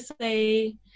say